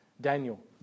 Daniel